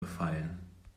befallen